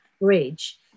bridge